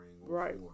right